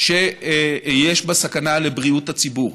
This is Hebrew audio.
שיש בה סכנה לבריאות הציבור.